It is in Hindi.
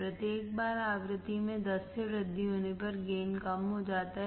प्रत्येक बार आवृत्ति में 10 से वृद्धि होने पर गेन कम हो जाता है